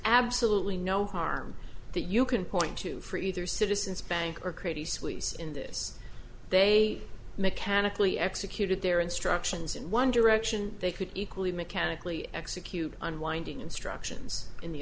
absolutely no harm that you can point to for either citizens bank or credit suisse in this they mechanically executed their instructions in one direction they could equally mechanically execute unwinding instructions in the